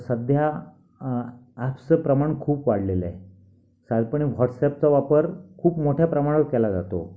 सध्या ॲप्सचं प्रमाण खुप वाढलेलं आहे सालपणे व्हॉट्सॲपचा वापर खुप मोठ्या प्रमाणावर केला जातो